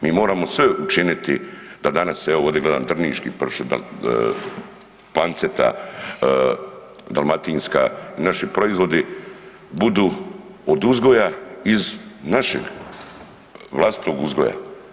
Mi moramo sve učiniti da danas, evo ovdje gledam drniški pršut, panceta dalmatinska, naši proizvodi budu od uzgoja iz našeg vlastitog uzgoja.